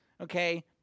okay